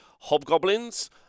hobgoblins